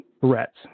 threats